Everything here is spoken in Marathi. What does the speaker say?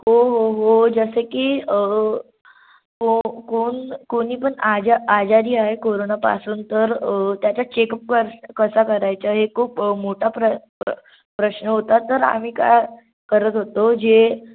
हो हो हो जसं की को कोण कोणी पण आजा आजारी आहे कोरोनापासून तर त्याचा चेकअप कसा करायचा हे खूप मोठा प्र प्र प्रश्न होता तर आम्ही काय करत होतो जे